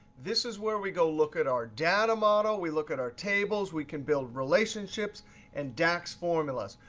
this is where we go look at our data model, we look at our tables, we can build relationships and dax formulas.